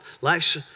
life's